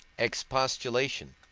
expostulation.